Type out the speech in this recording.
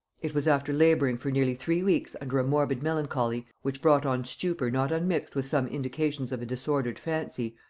it was after laboring for nearly three weeks under a morbid melancholy, which brought on stupor not unmixed with some indications of a disordered fancy,